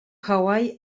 hawaii